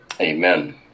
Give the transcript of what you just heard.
Amen